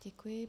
Děkuji.